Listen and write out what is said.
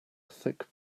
thick